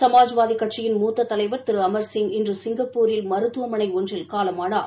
சுமாஜ்வாதி கட்சியின் மூத்த தலைவர் திரு அமர்சிங் இன்று சிங்கப்பூரில் மருத்துவமனை ஒன்றில் காலமானார்